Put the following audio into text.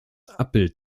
abbild